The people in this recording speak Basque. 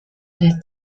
ere